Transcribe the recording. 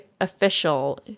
official